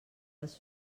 les